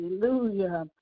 Hallelujah